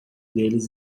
deles